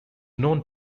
known